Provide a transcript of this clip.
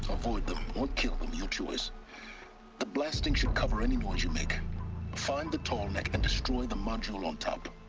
avoid them, or kill them your choice the blasting should cover any noise you make find the tallneck, and destroy the module on top